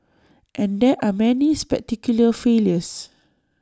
and there are many spectacular failures